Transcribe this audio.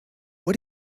what